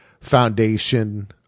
Foundation